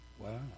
wow